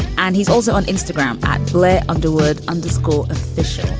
and he's also on instagram at blair underwood under school official.